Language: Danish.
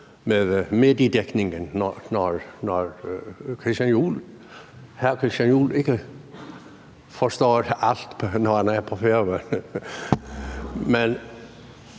med mediedækningen, når hr. Christian Juhl ikke forstår alt, når han er på Færøerne. Men